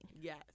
Yes